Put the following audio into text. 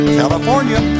california